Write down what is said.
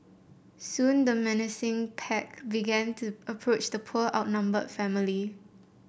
soon the menacing pack began to approach the poor outnumbered family